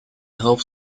hope